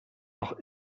noch